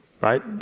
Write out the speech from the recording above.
right